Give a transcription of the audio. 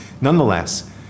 Nonetheless